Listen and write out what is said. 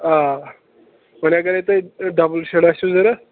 آ وۅنۍ اگرے تۄہہِ ڈَبُل شیڈ آسِو ضروٗرت